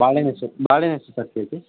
ಬಾಳೆಹಣ್ ಎಷ್ಟು ಬಾಳೆಹಣ್ ಎಷ್ಟು ಸರ್ ಕೆಜಿ